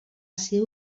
ser